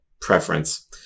preference